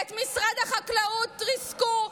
את משרד החקלאות ריסקו,